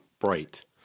bright